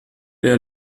der